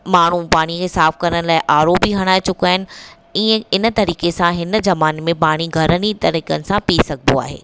माण्हूं पाणीअ खे साफ़ु करण जे लाइ आर ओ बि हणाए चुकिया आहिनि हीअं हिन तरीक़े सां पाणी हिन ज़माने में पाणी घणनि ई तरीक़नि सां पी सघिबो आहे